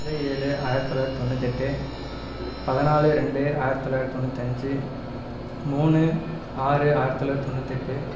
நாலு ஏழு ஆயிரத்து தொள்ளாயிரத்து தொண்ணூற்தெட்டு பதிநாலு ரெண்டு ஆயிரத்து தொள்ளாயிரத்து தொண்ணூற்றிஞ்சு மூணு ஆறு ஆயிரத்து தொள்ளாயிரத்து தொண்ணூற்தெட்டு